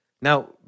now